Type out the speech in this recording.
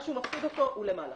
משהו מפחיד אותו, הוא למעלה.